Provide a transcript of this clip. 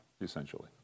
essentially